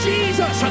Jesus